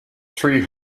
tree